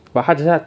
but 他等一下